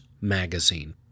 magazine